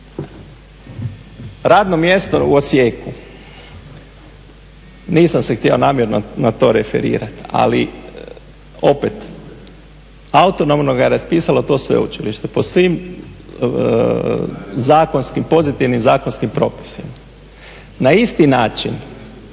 Radno mjesto je u Osijeku, nisam se htio namjerno na to referirati, ali opet, autonomno ga je raspisalo to sveučilište po svim zakonskim, pozitivnim zakonskim propisima. Na isti način,